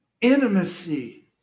Intimacy